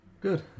Good